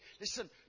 Listen